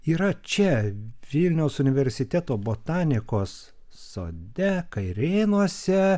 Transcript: yra čia vilniaus universiteto botanikos sode kairėnuose